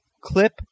clip